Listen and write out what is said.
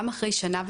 גם אחרי שנה,